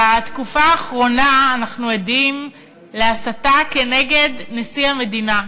בתקופה האחרונה אנחנו עדים להסתה נגד נשיא המדינה,